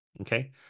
Okay